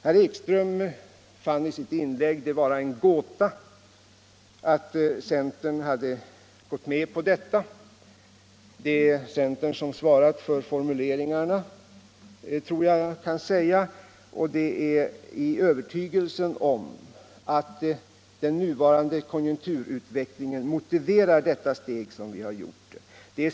Herr Ekström fann det i sitt anförande vara en gåta att centern gått med på detta. Det är centern som svarat för formuleringarna, och det är i övertygelsen om att den nuvarande konjunkturutvecklingen motiverar detta steg som vi tagit det.